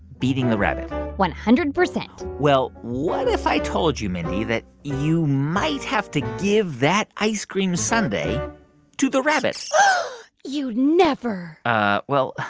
beating the rabbit one hundred percent well, what if i told you, mindy, that you might have to give that ice cream sundae to the rabbit? you'd never ah well.